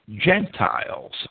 Gentiles